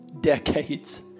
decades